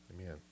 amen